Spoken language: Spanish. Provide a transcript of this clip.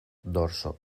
dorso